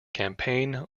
campaign